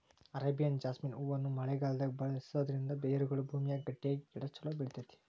Arabian jasmine ಹೂವನ್ನ ಮಳೆಗಾಲದಾಗ ಬೆಳಿಸೋದರಿಂದ ಬೇರುಗಳು ಭೂಮಿಯಾಗ ಗಟ್ಟಿಯಾಗಿ ಗಿಡ ಚೊಲೋ ಬೆಳಿತೇತಿ